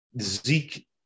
Zeke